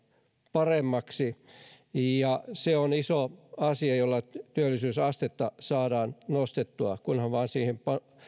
paremmaksi ja se on iso asia jolla työllisyysastetta saadaan nostettua kunhan vain siihen